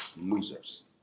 losers